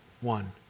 One